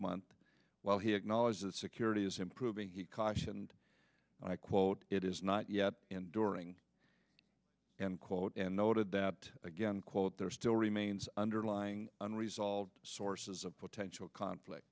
month while he acknowledged that security is improving he cautioned and i quote it is not yet enduring end quote and noted that again quote there still remains underlying unresolved sources of potential conflict